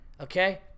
okay